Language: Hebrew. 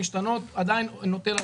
ואם לא מגיע לה,